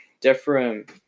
different